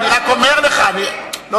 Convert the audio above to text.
פעם הם מסכימים,